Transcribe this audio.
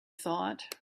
thought